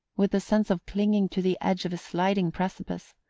with the sense of clinging to the edge of a sliding precipice.